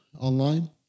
online